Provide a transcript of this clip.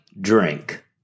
drink